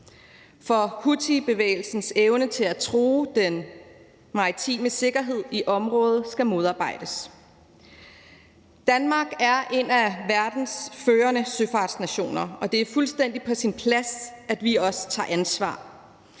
For houthibevægelsens evne til at true den maritime sikkerhed i området skal modarbejdes. Danmark er en af verdens førende søfartsnationer, og det er fuldstændig på sin plads, at vi også tager ansvar.